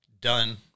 done